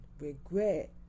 regret